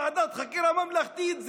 ועדת חקירה ממלכתית,